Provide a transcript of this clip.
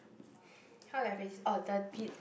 how do I phrase oh the bid